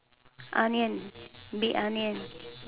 onion big onion